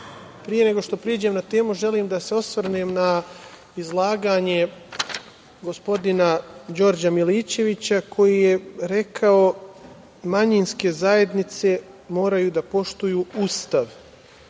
Srbije. Pre nego što pređem na temu, želim da se osvrnem na izlaganje gospodina Đorđa Milićevića, koji je rekao manjinske zajednice moraju da poštuju Ustav.